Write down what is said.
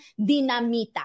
Dinamita